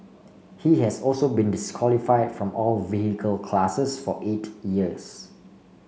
he has also been disqualify from all vehicle classes for eight years